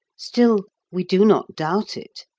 still, we do not doubt it,